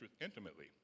intimately